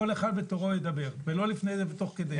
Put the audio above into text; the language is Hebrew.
כל אחד בתורו ידבר ולא לפני זה ותוך כדי.